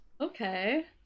Okay